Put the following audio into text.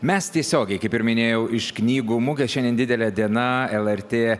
mes tiesiogiai kaip ir minėjau iš knygų mugės šiandien didelė diena lrt